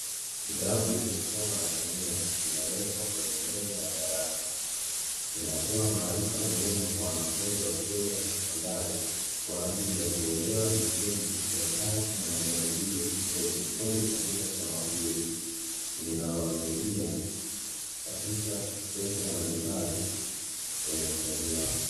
Kitabu cha somo la kemia kimewekwa kwenye meza ya darasa kinatoa maarifa muhimu kwa wanafunzi wa shule ya sekondari kwa ajili ya kuelewa misingi ya sayansi na majaribio ya kiufundi katika somo hili linalowasaidia katika sekta mbalimbali kwenye ukuaji wao.